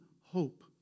hope